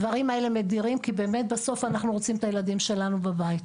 הדברים האלה מדירים שינה כי בסוף אנחנו רוצים את הילדים שלנו בבית,